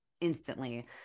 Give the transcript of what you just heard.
instantly